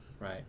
right